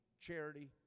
charity